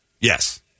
Yes